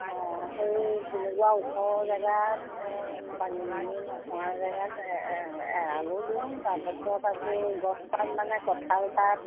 অঁ সেই তেনেকুৱা ওখ জেগাত পানী দুনী নোহোৱা জেগাত এৰালো দিওঁ তাৰপাছত আকৌ গছপাত মানে কঁঠাল পাত